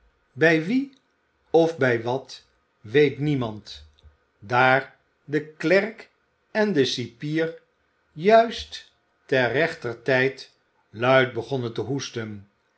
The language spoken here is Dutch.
bij wien of bij wat weet niemand daar de klerk en de cipier juist ter rechter tijd luid begonnen te hoesten